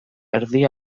erdi